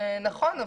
נכון.